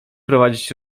prowadzić